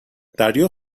دریا